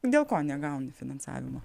dėl ko negauni finansavimo